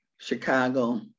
Chicago